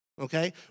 okay